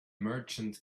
merchant